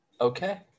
Okay